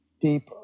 deep